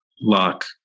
lock